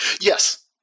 Yes